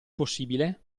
possibile